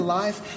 life